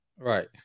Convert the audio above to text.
Right